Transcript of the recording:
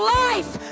life